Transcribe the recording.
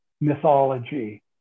mythology